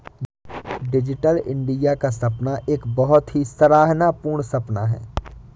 digital India का सपना एक बहुत ही सराहना पूर्ण सपना है